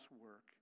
work